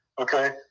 Okay